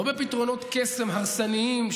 לא בפתרונות קסם הרסניים,